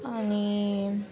आनी